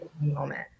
moment